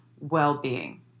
well-being